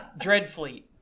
Dreadfleet